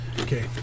Okay